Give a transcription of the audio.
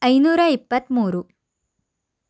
ಐನೂರ ಇಪ್ಪತ್ತ್ಮೂರು